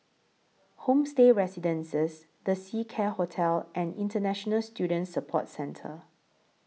Homestay Residences The Seacare Hotel and International Student Support Centre